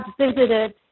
visited